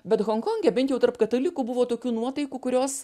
bet honkonge bent jau tarp katalikų buvo tokių nuotaikų kurios